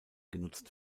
genutzt